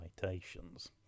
citations